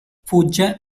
fugge